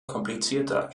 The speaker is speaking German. komplizierter